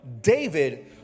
David